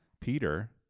Peter